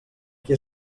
qui